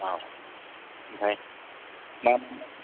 औ ओमफ्राय मा